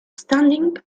standing